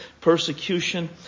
persecution